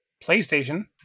playstation